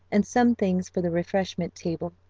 and some things for the refreshment table.